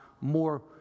more